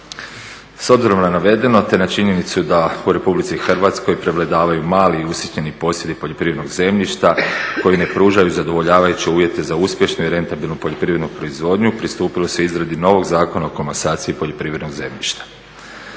S obzirom na navedeno te ne činjenicu da u Republici Hrvatskoj prevladavaju mali i usitnjeni posjedi poljoprivrednog zemljišta koji ne pružaju zadovoljavajuće uvjete za uspješne i rentabilnu poljoprivrednu proizvodnju. Pristupilo se izradi novog zakona o komasaciji poljoprivrednog zemljišta.